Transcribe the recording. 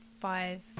five